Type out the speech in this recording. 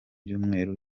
byumweru